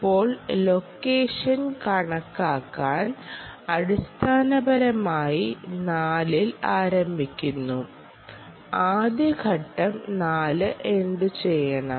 ഇപ്പോൾ ലൊക്കേഷൻ കണക്കാക്കൽ അടിസ്ഥാനപരമായി 4 ൽ ആരംഭിക്കുന്നു ആദ്യ ഘട്ടം 4 എന്തുചെയ്യണം